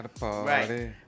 Right